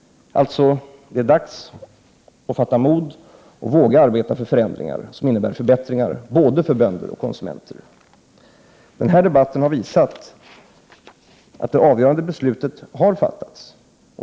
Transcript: Det är dags att fatta mod och våga arbeta för förändringar som innebär förbättringar både för konsumenter och för bönder. Den här debatten har visat att det avgörande beslutet har fattats.